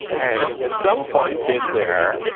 and some point in there,